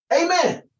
Amen